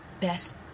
best